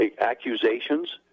accusations